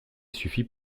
suffit